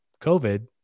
COVID